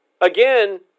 Again